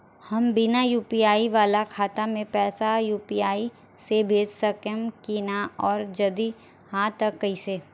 हम बिना यू.पी.आई वाला खाता मे पैसा यू.पी.आई से भेज सकेम की ना और जदि हाँ त कईसे?